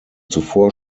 zuvor